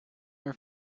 your